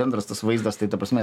bendras tas vaizdas tai ta prasme